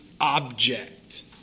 object